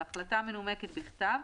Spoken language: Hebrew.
בהחלטה מנומקת בכתב,